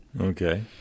Okay